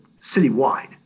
citywide